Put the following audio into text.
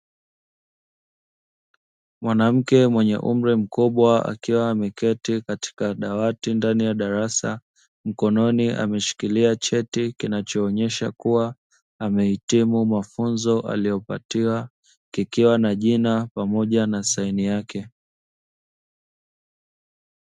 Mwanamke mwenye umri mkubwa akiwa ameketi katika dawati ndani ya darasa, mkononi ameshikilia cheti kinachoonyesha kuwa amehitimu mafunzo aliyopatiwa kikiwa na jina pamoja na saini yake.